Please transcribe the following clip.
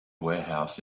warehouse